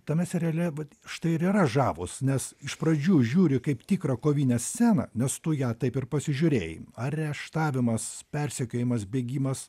tame seriale vat štai ir yra žavūs nes iš pradžių žiūri kaip tikrą kovinę sceną nes tu ją taip ir pasižiūrėjai areštavimas persekiojimas bėgimas